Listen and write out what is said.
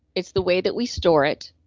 it's the way that we store it,